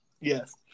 Yes